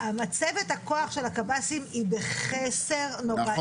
מצבת הכח של הקבסי"ם היא בחוסר נוראי.